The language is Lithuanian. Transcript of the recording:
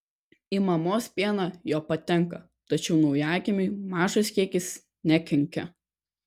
į mamos pieną jo patenka tačiau naujagimiui mažas kiekis nekenkia